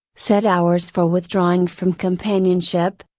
set hours for withdrawing from companionship,